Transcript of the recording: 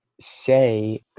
say